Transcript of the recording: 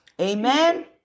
Amen